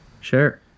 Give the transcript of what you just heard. Sure